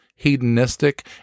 hedonistic